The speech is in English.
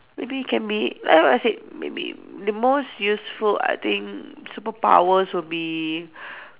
maybe can be like what I said maybe the most useful I think superpowers would be